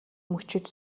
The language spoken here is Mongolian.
мөчид